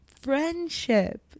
friendship